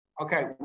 Okay